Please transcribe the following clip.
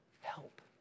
help